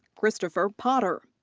christopher potter.